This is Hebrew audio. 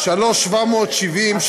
פ/3770,